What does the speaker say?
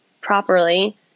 properly